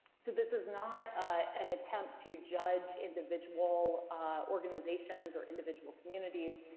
so this is not an attempt to judge individual organizations or individual communities,